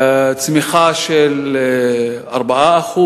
צמיחה של 4%